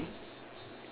ya that's two